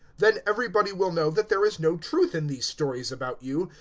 then everybody will know that there is no truth in these stories about you,